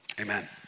Amen